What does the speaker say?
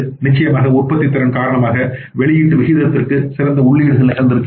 நிச்சயமாக உற்பத்தித்திறன் காரணமாக வெளியீட்டு விகிதத்திற்கு சிறந்த உள்ளீடு நிகழ்ந்தன